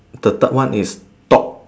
the third one is thought